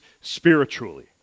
spiritually